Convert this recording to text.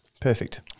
Perfect